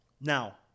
Now